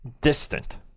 distant